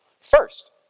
First